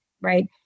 right